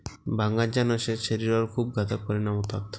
भांगाच्या नशेचे शरीरावर खूप घातक परिणाम होतात